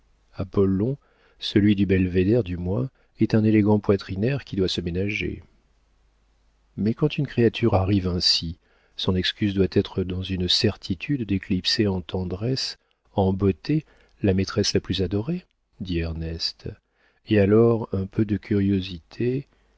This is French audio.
apollon celui du belvédère du moins est un élégant poitrinaire qui doit se ménager mais quand une créature arrive ainsi son excuse doit être dans une certitude d'éclipser en tendresse en beauté la maîtresse la plus adorée dit ernest et alors un peu de curiosité